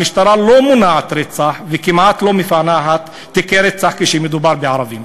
המשטרה לא מונעת רצח וכמעט לא מפענחת תיקי רצח כשמדובר בערבים.